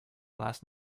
last